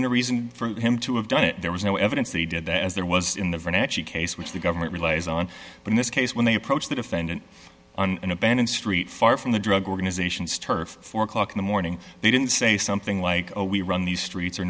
been a reason for him to have done it there was no evidence they did that as there was in the van actually case which the government relies on but in this case when they approach the defendant on an abandoned street far from the drug organizations turf four o'clock in the morning they didn't say something like oh we run these streets